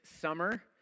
summer